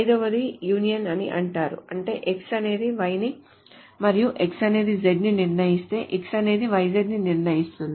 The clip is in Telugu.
ఐదవది యూనియన్ అని అంటారు అంటే X అనేది Y ని మరియు X అనేదిZ ని నిర్ణయిస్తే X అనేది YZ ని నిర్ణయిస్తుంది